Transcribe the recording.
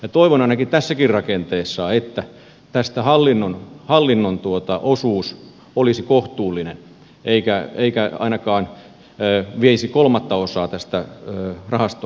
ja toivon ainakin tässäkin rakenteessa että tästä hallinnon osuus olisi kohtuullinen eikä veisi ainakaan kolmatta osaa tästä rahastosta